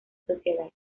sociedad